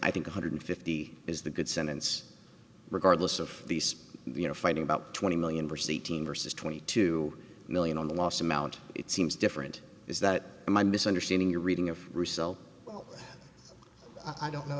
i think one hundred and fifty is the good sentence regardless of these you know fighting about twenty million perceive versus twenty two million on the last amount it seems different is that my misunderstanding your reading of result oh i don't know